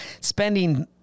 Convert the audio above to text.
spending